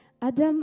Adam